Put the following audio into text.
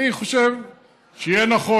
אני חושב שיהיה נכון,